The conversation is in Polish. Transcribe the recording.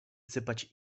sypać